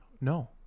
No